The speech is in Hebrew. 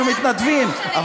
אנחנו מתנדבים.